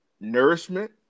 nourishment